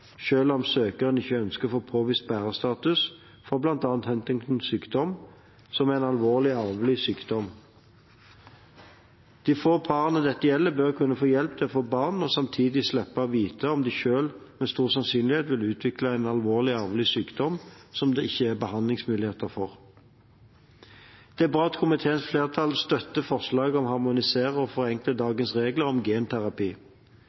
selv om søkeren ikke ønsker å få påvist bærerstatus for bl.a. Huntingtons sykdom, som er en alvorlig arvelig sykdom. De få parene dette gjelder, bør kunne få hjelp til å få barn og samtidig slippe å vite om de selv med stor sannsynlighet vil utvikle en alvorlig arvelig sykdom som det ikke er behandlingsmulighet for. Det er bra at komiteens flertall støtter forslaget om å harmonisere og forenkle dagens regler om genterapi.